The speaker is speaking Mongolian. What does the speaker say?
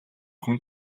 хүн